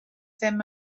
ddim